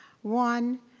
one,